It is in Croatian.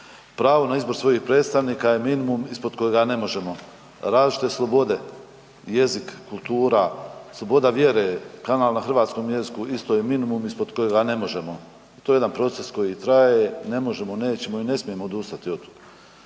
Pravo na izbor svojih predstavnika je minimum ispod kojega ne možemo, različite slobode, jezik, kultura, sloboda vjere, kanal na hrvatskom jeziku, isto je minimum ispod kojega ne možemo. To je jedan proces koji traje ne možemo, nećemo i ne smijemo odustati od toga.